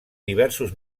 diversos